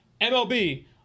MLB